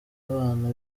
abana